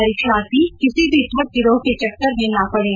परीक्षार्थी किसी भी ठग गिरोह के चक्कर में न पडे